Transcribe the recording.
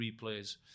replays